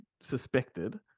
suspected